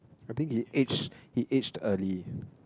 I think he aged he aged early